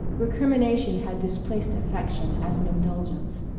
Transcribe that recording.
recrimination had displaced affection as an indulgence,